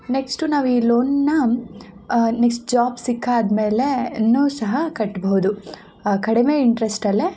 next ನಾವು ಈ ಲೋನ್ನಾ ನೆಕ್ಸ್ಟ್ ಜಾಬ್ ಸಿಕ್ಕಾದಮೇಲೆ ಇನ್ನು ಸಹ ಕಟ್ಟಬಹುದು ಕಡಿಮೆ ಇಂಟ್ರಸ್ಟ್ ಅಲ್ಲೇ